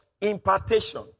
impartation